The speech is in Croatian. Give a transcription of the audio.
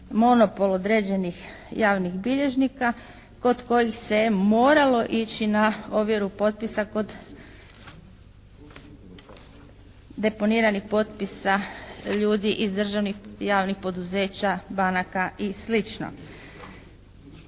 monopol određenih javnih bilježnika kod kojih se moralo ići na ovjeru potpisa kod deponiranih potpisa ljudi iz državnih, javnih poduzeća, banaka i